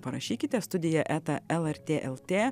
parašykite studija eta lrt lt